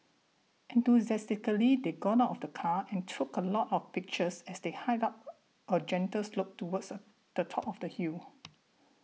enthusiastically they got out of the car and took a lot of pictures as they hiked up a a gentle slope towards the the top of the hill